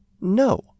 No